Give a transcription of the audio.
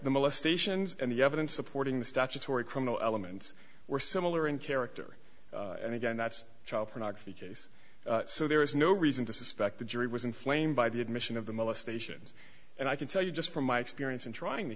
the molestations and the evidence supporting the statutory criminal elements were similar in character and again that's child pornography case so there is no reason to suspect the jury was inflamed by the admission of the molestations and i can tell you just from my experience in trying the